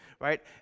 right